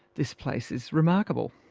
this place is remarkable?